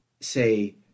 say